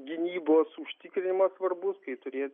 gynybos užtikrinimas svarbus kai turės